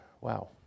Wow